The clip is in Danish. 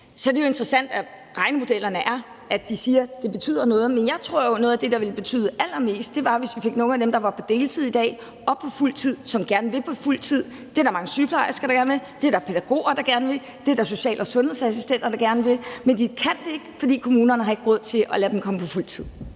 Så er det jo interessant, at de ifølge regnemodellerne siger, at det betyder noget, men jeg tror jo, at noget af det, der ville betyde allermest, var, hvis vi fik nogle af dem, der i dag var på deltid, og som gerne vil op på fuld tid, op på fuldtid. Det er der mange sygeplejersker der gerne vil, det er der pædagoger der gerne vil, og det er der social- og sundhedsassistenter der gerne vil, men de kan ikke gøre det, fordi kommunerne ikke har råd til at lade dem komme på fuld tid.